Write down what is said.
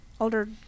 older